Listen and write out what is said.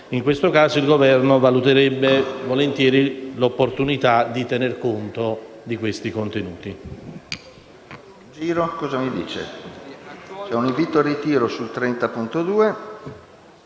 In tal caso, il Governo valuterebbe volentieri l’opportunità di tener conto dei contenuti.